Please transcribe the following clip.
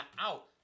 out